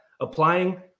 applying